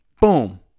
Boom